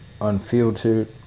unfiltered